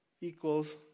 equals